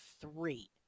three